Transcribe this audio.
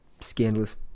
scandalous